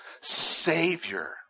Savior